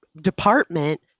department